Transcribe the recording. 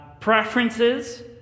preferences